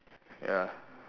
ya